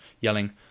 yelling